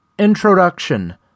Introduction